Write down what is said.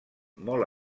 molt